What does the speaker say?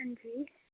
हां जी